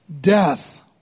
death